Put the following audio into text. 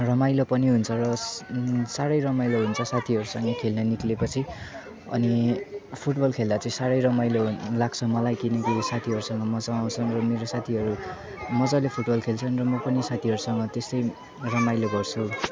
रमाइलो पनि हुन्छ र साह्रै रमाइलो हुन्छ साथीहरूसँग खेल्न निक्लेपछि अनि फुटबल खेल्दा चाहिँ सारै रमाइलो लाग्छ मलाई किनकि साथीहरूसँग मज्जा आउँछ र मेरो साथीहरू मज्जाले फुटबल खेल्छन् र म पनि साथीहरूसँग त्यसै रमाइलो गर्छु